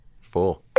Four